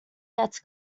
gets